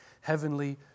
heavenly